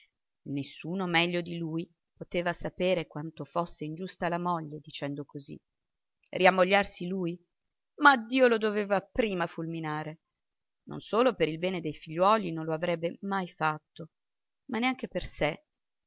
nessuno meglio di lui poteva sapere quanto fosse ingiusta la moglie dicendo così riammogliarsi lui ma dio lo doveva prima fulminare non solo per il bene dei figliuoli non lo avrebbe mai fatto ma neanche per sé